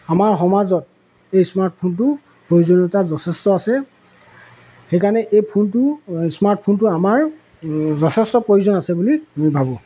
আমাৰ সমাজত এই স্মাৰ্টফোনটো প্ৰয়োজনীয়তা যথেষ্ট আছে সেইকাৰণে এই ফোনটো ইস্মাৰ্টফোনটো আমাৰ যথেষ্ট প্ৰয়োজন আছে বুলি মই ভাবোঁ